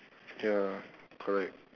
ya correct